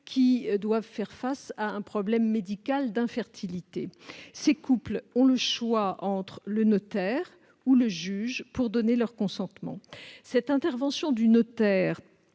devant faire face à un problème médical d'infertilité et qui a le choix entre le notaire ou le juge pour donner son consentement. Cette intervention du notaire